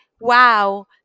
wow